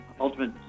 Ultimate